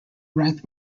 ranked